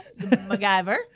MacGyver